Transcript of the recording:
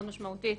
משמעותית,